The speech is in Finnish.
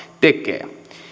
tekee